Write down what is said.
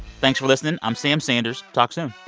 thanks for listening. i'm sam sanders. talk soon